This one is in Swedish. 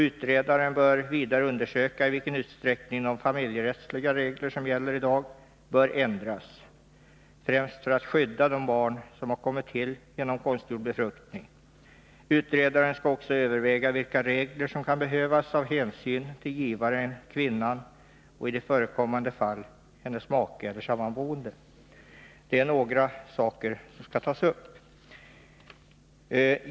Utredaren bör vidare undersöka i vilken utsträckning de familjerättsliga regler som gäller i dag bör ändras, främst för att skydda de barn som har kommit till genom konstgjord befruktning. Utredaren skall också överväga vilka regler som kan behövas av hänsyn till givaren, kvinnan och i förekommande fall hennes make eller samboende. Detta är några av de saker som skall tas upp.